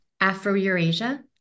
Afro-Eurasia